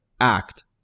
act